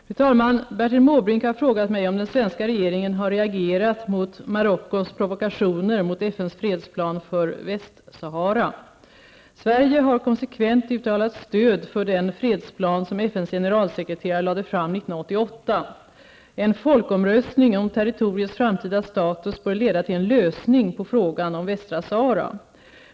Fru talman! Bertil Måbrink har frågat mig om den svenska regeringen har reagerat mot Marockos provokationer mot FNs fredsplan för Västsahara. Sverige har konsekvent uttalat stöd för den fredsplan som FNs generalsekreterare lade fram 1988. En folkomröstning om territoriets framtida status bör leda till en lösning på frågan om Västra Sahara.